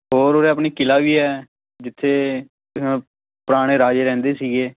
ਔਰ ਉਰੇ ਆਪਣੀ ਕਿਲ੍ਹਾ ਵੀ ਹੈ ਜਿੱਥੇ ਪੁਰਾਣੇ ਰਾਜੇ ਰਹਿੰਦੇ ਸੀਗੇ